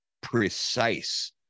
precise